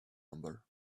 number